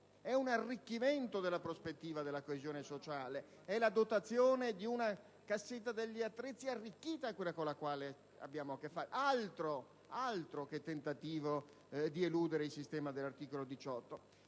È un arricchimento della prospettiva della coesione sociale; è la dotazione di una cassetta degli attrezzi arricchita quella con la quale abbiamo a che fare: altro che tentativo di eludere il sistema dell'articolo 18.